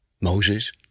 Moses